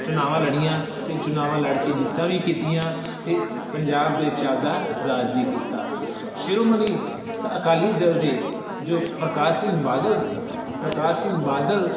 ਚੁਨਾਵਾਂ ਲੜੀਆਂ ਅਤੇ ਚੁਨਾਵਾਂ ਲੜ ਕੇ ਜਿੱਤਾਂ ਵੀ ਕੀਤੀਆਂ ਅਤੇ ਪੰਜਾਬ ਵਿੱਚ ਆਪਦਾ ਰਾਜ ਵੀ ਕੀਤਾ ਸ਼੍ਰੋਮਣੀ ਅਕਾਲੀ ਦਲ ਦੇ ਜੋ ਪ੍ਰਕਾਸ਼ ਸਿੰਘ ਬਾਦਲ ਪ੍ਰਕਾਸ਼ ਸਿੰਘ ਬਾਦਲ